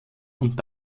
und